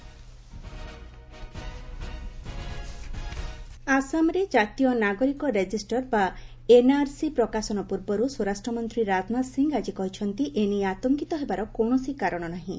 Rajnath NRC ଆସାମରେ ଜାତୀୟ ନାଗରିକ ରେଜିଷ୍ଟ୍ରର୍ ବା ଏନ୍ଆର୍ସି ପ୍ରକାଶନ ପୂର୍ବରୁ ସ୍ୱରାଷ୍ଟ୍ରମନ୍ତ୍ରୀ ରାଜନାଥ ସିଂ ଆଜି କହିଛନ୍ତି ଏ ନେଇ ଆତଙ୍କିତ ହେବାର କୌଣସି କାରଣ ନାହିଁ